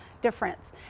difference